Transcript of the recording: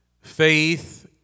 Faith